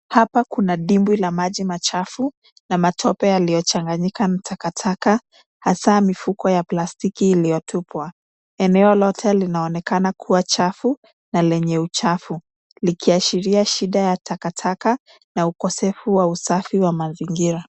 Hapa kuna dimbwi la maji machafu na matope yaliyochanganyika na takataka, hasa mifuko ya plastiki iliyotupwa. Eneo lote linaonekana kuwa chafu na lenye uchafu, likiashiria shida ya takataka na ukosefu wa usafi wa mazingira.